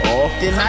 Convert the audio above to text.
often